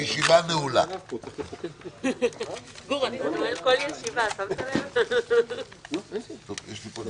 הישיבה ננעלה בשעה 10:55.